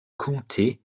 comté